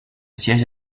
siège